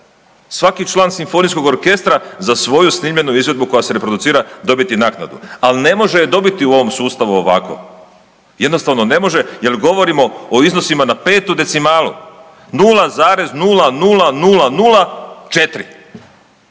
svaki član simfonijskog orkestra za svoju snimljenu izvedbu koja se reproducira dobiti naknadu, al ne može ju dobiti u ovom sustavu ovako, jednostavno ne može jel govorimo o iznosima na petu decimalu 0,00004,